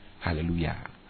Hallelujah